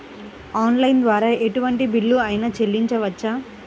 Online ద్వారా ఎటువంటి bill అయినా చెల్లించవచ్చా?